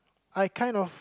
I kind of